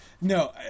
No